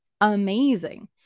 amazing